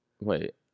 wait